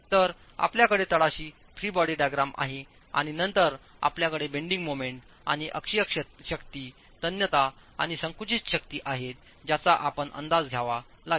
तर आपल्याकडे तळाशी फ्री बॉडी डायग्राम आहे आणि नंतर आपल्याकडे बेंडिंग मोमेंट आणि अक्षीय शक्ती तन्यता आणि संकुचित शक्ती आहेत ज्याचा आपण अंदाज घ्यावा लागेल